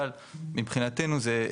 אבל מבחינתנו זה,